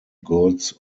goods